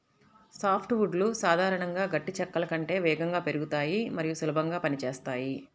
soft వుడ్లు సాధారణంగా గట్టి చెక్కల కంటే వేగంగా పెరుగుతాయి మరియు సులభంగా పని చేస్తాయి